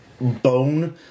bone